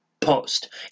post